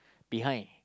behind